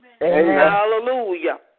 Hallelujah